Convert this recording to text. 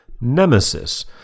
Nemesis